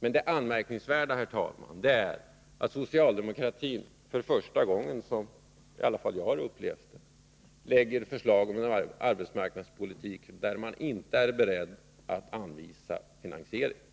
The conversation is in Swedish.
Men det anmärkningsvärda, herr talman, är att socialdemokratin för första gången — det är i varje fall första gången som jag upplever det — lägger fram förslag om en arbetsmarknadspolitik för vilken man inte är beredd att anvisa finansieringen.